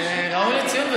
זה ראוי לציון,